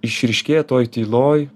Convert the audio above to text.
išryškėja toj tyloj